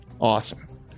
awesome